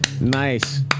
Nice